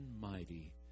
mighty